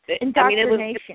Indoctrination